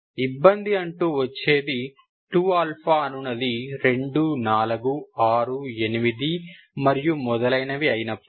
ఇబ్బంది అంటూ వచ్చేది 2 అనునది 2468 మరియు మొదలైనవి అయినప్పుడే